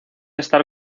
estar